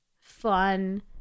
fun